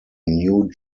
new